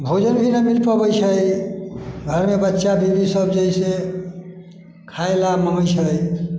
भोजन भी नहि मिल पाबैत छै घरमे बच्चा बीबी सभ जे छै से खाएला मङ्गेत छै